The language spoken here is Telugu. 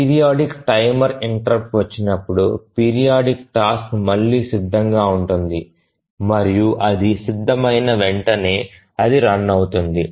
పీరియాడిక్ టైమర్ ఇంటెర్రుప్ట్ వచ్చినప్పుడు పీరియాడిక్ టాస్క్ మళ్లీ సిద్ధంగా ఉంటుంది మరియు అది సిద్ధమైన వెంటనే అది రన్ అవుతుంది